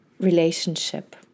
relationship